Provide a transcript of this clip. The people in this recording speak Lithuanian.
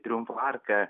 triumfo arką